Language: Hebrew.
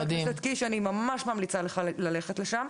חבר הכנסת קיש, אני ממש ממליצה לך ללכת לשם.